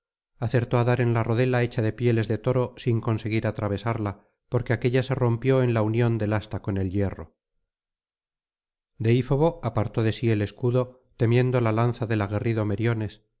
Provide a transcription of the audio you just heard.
acertó á dar en la rodela hecha de pieles de toro sin conseguir atravesarla porque aquélla se rompió en la unión del asta con el hierro deífobo apartó de sí el escudo temiendo la lanza del aguerrido meriones